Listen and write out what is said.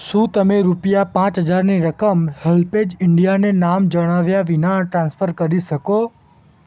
શું તમે રૂપિયા પાંચ હજારની રકમ હૅલ્પેજ ઇન્ડિયાને નામ જણાવ્યા વિના ટ્રાન્સફર કરી શકો